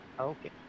okay